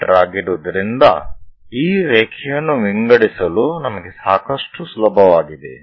me ಆಗಿರುವುದರಿಂದ ಈ ರೇಖೆಯನ್ನು ವಿಂಗಡಿಸಲು ನಮಗೆ ಸಾಕಷ್ಟು ಸುಲಭವಾಗಿದೆ